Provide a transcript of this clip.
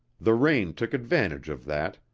the rain took advantage of that,